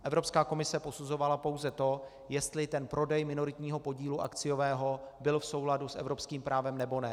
Evropská komise posuzovala pouze to, jestli ten prodej minoritního podílu akciového byl v souladu s evropským právem, nebo ne.